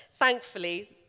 Thankfully